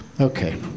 Okay